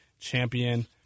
champion